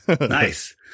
nice